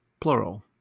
plural